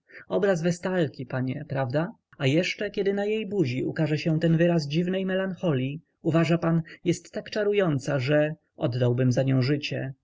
obraz westalki panie prawda a jeszcze kiedy na jej buzi ukaże się ten wyraz dziwnej melancholii uważał pan jest tak czarująca że oddałbym za nią życie